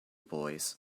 boys